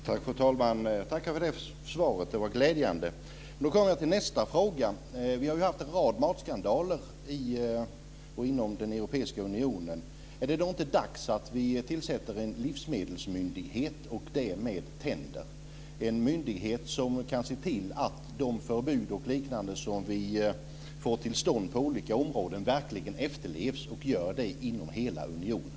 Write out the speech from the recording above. Fru talman! Jag tackar för det svaret. Det var glädjande. Nu kommer jag till nästa fråga. Vi har haft en rad matskandaler inom den europeiska unionen. Är det inte dags att vi tillsätter en livsmedelsmyndighet med tänder, dvs. en myndighet som kan se till att de förbud och liknande som vi får till stånd på olika områden verkligen efterlevs inom hela unionen?